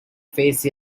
face